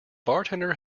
bartender